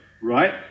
right